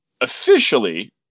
officially